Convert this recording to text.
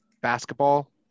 basketball